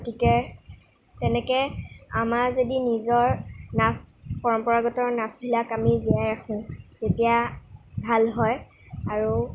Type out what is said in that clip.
গতিকে তেনেকৈ আমাৰ যদি নিজৰ নাচ পৰম্পৰাগতৰ নাচবিলাক আমি জীয়াই ৰাখোঁ তেতিয়া ভাল হয় আৰু